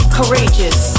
Courageous